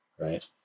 right